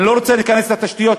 אני לא רוצה להיכנס לעניין התשתיות,